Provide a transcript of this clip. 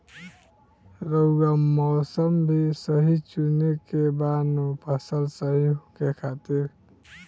रऊआ मौसम भी सही चुने के बा नु फसल सही होखे खातिर